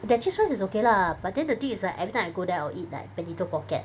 their cheese fries is okay lah but then the thing is like everytime I go there I will eat like bandito pockett